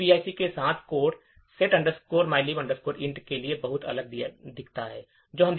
अब PIC के साथ कोड set mylib int के लिए बहुत अलग दिखता है